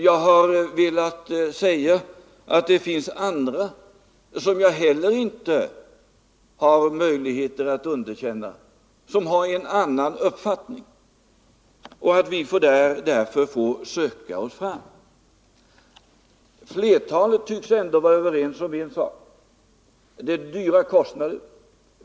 Jag har velat säga att det finns andra, som jag heller inte har möjligheter att underkänna, som har en annan uppfattning och att vi därför får söka oss fram. Flertalet tycks ändå vara överens om en sak, nämligen att det är förenat med stora kostnader att utvinna jordvärme.